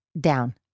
Down